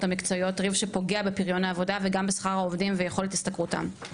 המקצועיות ועל פריון העבודה וגם בשכר העובדים וביכולת השתכרותם.